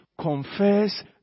confess